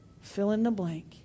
fill-in-the-blank